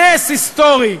נס היסטורי,